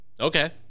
Okay